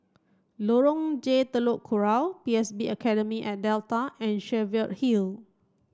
Lorong J Telok Kurau P S B Academy at Delta and Cheviot Hill